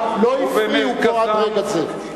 לא הפריעו פה עד רגע זה.